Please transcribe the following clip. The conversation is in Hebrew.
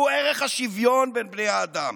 והוא ערך השוויון בין בני האדם.